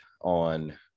on